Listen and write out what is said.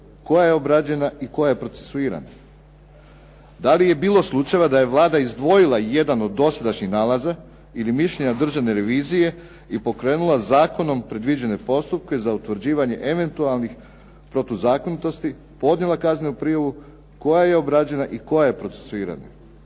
koja je obrađena i koja je procesuirana? Da li je bilo slučajeva da je Vlada izdvojila jedan od dosadašnjih nalaza ili mišljenja državne revizije i pokrenula zakonom predviđene postupke za utvrđivanje eventualnih protuzakonitosti, podnijela kaznenu prijavu koja je obrađena i koja je procesuirana?